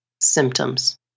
symptoms